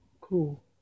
Cool